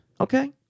Okay